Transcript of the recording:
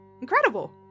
incredible